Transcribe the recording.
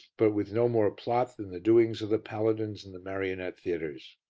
but with no more plot than the doings of the paladins in the marionette theatres.